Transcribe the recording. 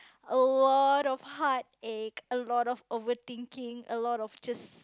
a lot of heartache a lot of overthinking a lot of just